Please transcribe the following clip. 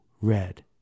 red